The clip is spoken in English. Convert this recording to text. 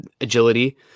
agility